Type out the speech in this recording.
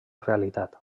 realitat